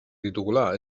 ditugula